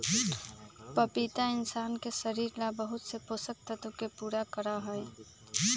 पपीता इंशान के शरीर ला बहुत से पोषक तत्व के पूरा करा हई